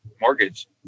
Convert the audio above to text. mortgage